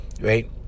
right